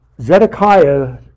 Zedekiah